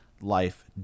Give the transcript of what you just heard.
life